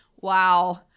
wow